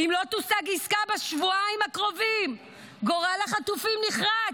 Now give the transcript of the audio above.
"אם לא תושג עסקה בשבועיים הקרובים גורל החטופים נחרץ".